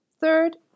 Third